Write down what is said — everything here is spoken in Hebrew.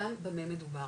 גם במה מדובר,